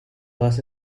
todas